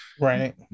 right